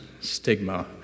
stigma